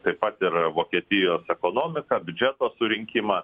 taip pat ir vokietijos ekonomiką biudžeto surinkimą